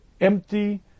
empty